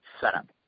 setup